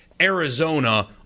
Arizona